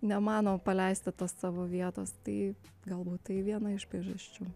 nemano paleisti tos savo vietos tai galbūt tai viena iš priežasčių